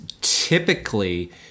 typically